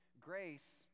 Grace